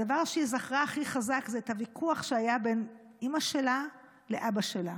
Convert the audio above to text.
הדבר שהיא זכרה הכי חזק זה את הוויכוח שהיה בין אימא שלה לאבא שלה.